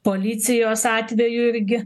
policijos atveju irgi